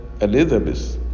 Elizabeth